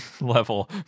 level